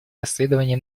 расследование